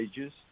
ages